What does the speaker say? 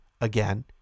again